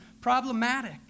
problematic